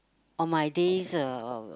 on my days uh